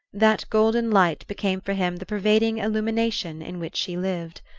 that golden light became for him the pervading illumination in which she lived.